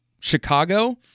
Chicago